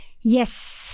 yes